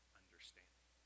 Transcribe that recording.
understanding